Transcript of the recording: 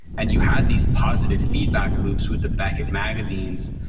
and you had these positive feedback loops with the beckett magazines.